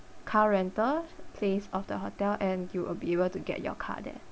car rental place of the hotel and you will be able to get your car there